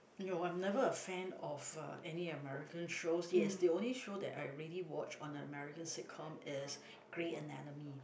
you were never a fan of uh any American shows yes the only show that I already watched on an American Sitcom is grey anatomy